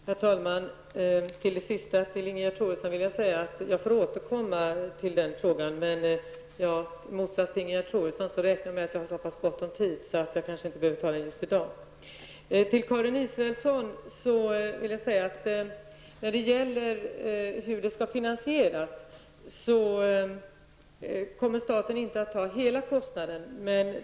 Herr talman! Till Ingegerd Troedsson vill jag säga att jag får återkomma till den frågan. I motsats till Ingegerd Troedsson räknar jag med att jag har så gott om tid att jag inte behöver ta det just i dag. När det gäller hur det hela skall finansieras vill jag till Karin Israelsson säga att staten inte kommer att ta hela kostnaden.